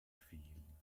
fehlen